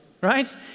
right